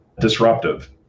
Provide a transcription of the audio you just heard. disruptive